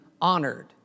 honored